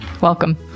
Welcome